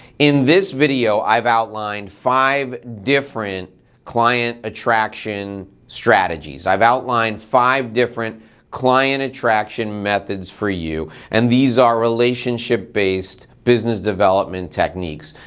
in this video i've outlined five different client attraction strategies. i've outlined five different client attraction methods for you, and these are relationship-based business development techniques.